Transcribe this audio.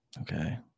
Okay